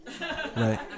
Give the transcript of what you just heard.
Right